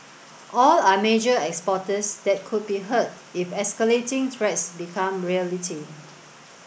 all are major exporters that could be hurt if escalating threats become reality